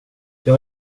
jag